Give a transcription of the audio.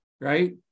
right